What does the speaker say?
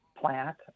plant